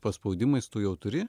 paspaudimais tu jau turi